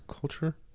culture